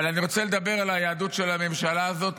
אבל אני רוצה לדבר על היהדות של הממשלה הזאת.